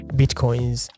bitcoins